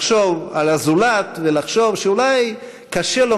לחשוב על הזולת ולחשוב שאולי קשה לו